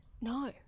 No